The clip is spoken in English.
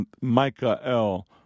Michael